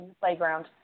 playground